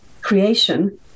creation